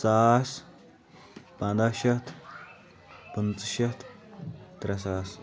ساس پَنٛداہ شیٚتھ پٕنٛژٕہ شیٚتھ ترےٚ ساس